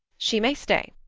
she may stay.